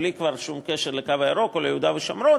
כבר בלי שום קשר לקו הירוק או ליהודה ושומרון,